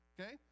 okay